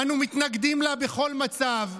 אנו מתנגדים לה בכל מצב,